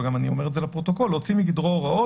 ואני גם אומר את זה לפרוטוקול: "להוציא מגדרו הוראות